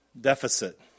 deficit